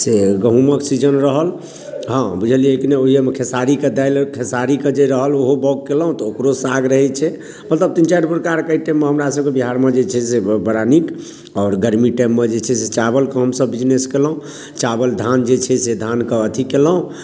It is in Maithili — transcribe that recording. से गहूॅंमके सीजन रहल हॅं बुझलियै की नहि ओहि मे खेसारी के दालि खेसारी के जे रहल ओहो बाग केलहुॅं तऽ ओकरो साग रहै छै मतलब तीन चारि प्रकार के एहि टाइममे हमरा सभके बिहारमे जे छै से बड़ा नीक आओर गर्मी टाइममे जे छै से चावलके हमसभ बिजनेस केलहुॅं चावल धान जे छै से धानके अथी केलहुॅं